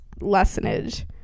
lessonage